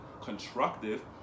constructive